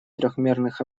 трёхмерных